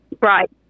right